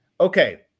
Okay